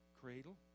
cradle